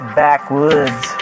backwoods